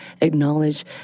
acknowledge